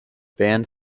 band